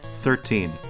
Thirteen